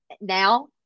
now